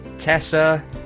tessa